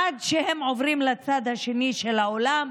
עד שהם עוברים לצד השני של האולם,